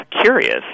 curious